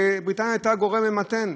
ובריטניה הייתה גורם ממתן,